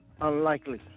unlikely